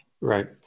Right